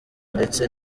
ndetse